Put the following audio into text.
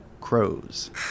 crows